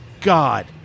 God